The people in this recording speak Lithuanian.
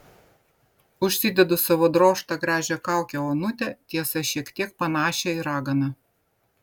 užsidedu savo drožtą gražią kaukę onutę tiesa šiek tiek panašią į raganą